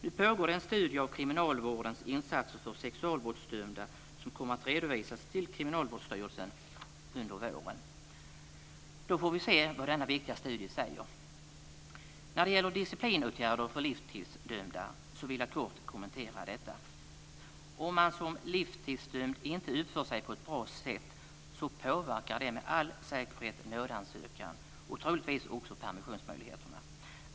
Nu pågår det en studie av kriminalvårdens insatser för sexualbrottsdömda som kommer att redovisas till Kriminalvårdsstyrelsen under våren. Då får vi se vad denna viktiga studie säger. När det gäller disciplinåtgärder för livstidsdömda vill jag göra en kort kommentar. Om man som livstidsdömd inte uppför sig på ett bra sätt påverkar det med all säkerhet nådeansökan, och troligtvis också permissionsmöjligheterna.